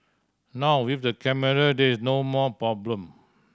now with the camera there's no more problem